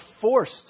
forced